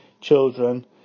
children